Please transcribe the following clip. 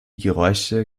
geräusche